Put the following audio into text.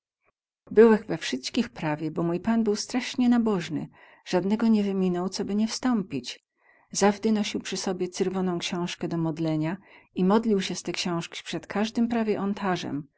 byłech we wsyćkich prawie bo mój pan był straśnie nabozny zadnego nie wyminął coby nie wstąpić zawdy nosił przy sobie cyrwoną ksiązkę do modlenia i modlił sie z te książki przed kazdym prawie ontarzem